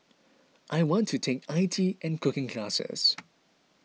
I want to take I T and cooking classes